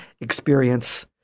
experience